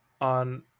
on